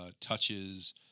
touches